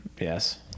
yes